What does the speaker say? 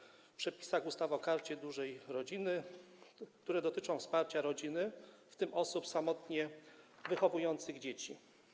Dotyczą one przepisów ustawy o Karcie Dużej Rodziny, które dotyczą wsparcia rodziny, w tym osób samotnie wychowujących dzieci.